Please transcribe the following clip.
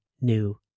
new